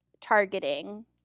targeting